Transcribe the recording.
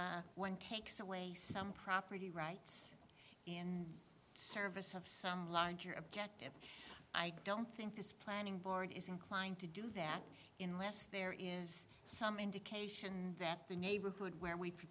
says one cakes away some property rights in service of some larger object i don't think this planning board is inclined to do that in unless there is some indication that the neighborhood where we